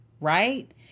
right